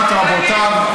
רבותיו,